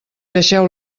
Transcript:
deixeu